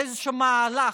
זה איזשהו מהלך,